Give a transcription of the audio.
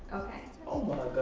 oh my gosh.